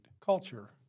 culture